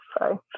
Sorry